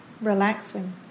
relaxing